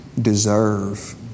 deserve